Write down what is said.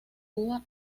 cuba